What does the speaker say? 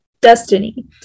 destiny